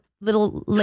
little